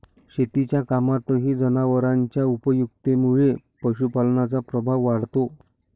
शेतीच्या कामातही जनावरांच्या उपयुक्ततेमुळे पशुपालनाचा प्रभाव वाढतो